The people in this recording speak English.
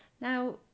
now